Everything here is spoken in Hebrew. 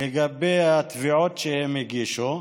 לגבי התביעות שהם הגישו,